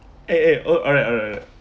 eh eh oh alright alright